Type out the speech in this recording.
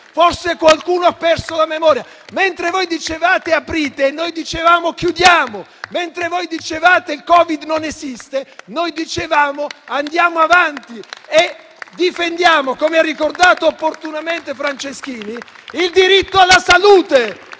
forse qualcuno ha perso la memoria. Mentre voi dicevate: aprite, noi dicevamo: chiudiamo. Mentre voi dicevate: il Covid-19 non esiste, noi dicevamo: andiamo avanti e difendiamo - come ha ricordato opportunamente il presidente Franceschini - il diritto alla salute